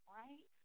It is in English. right